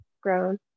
grown